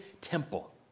temple